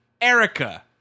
Erica